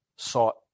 sought